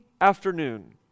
afternoon